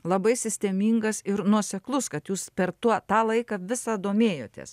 labai sistemingas ir nuoseklus kad jūs per tuo tą laiką visą domėjotės